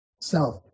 self